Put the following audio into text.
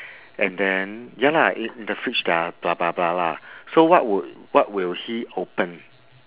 and then ya lah in in the fridge lah blah blah lah so what would what will he open